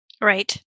Right